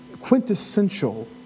quintessential